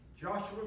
Joshua